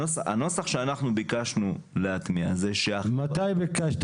הנוסח שאנחנו ביקשנו להטמיע זה --- מתי ביקשת?